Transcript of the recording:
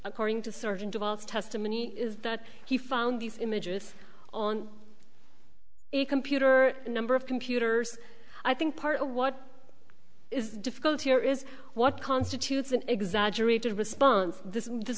according to sergeant devolves testimony is that he found these images on a computer a number of computers i think part of what is difficult here is what constitutes an exaggerated response this